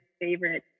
favorite